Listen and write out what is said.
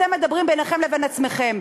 אתם מדברים ביניכם לבין עצמכם.